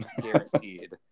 guaranteed